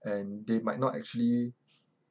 and they might not actually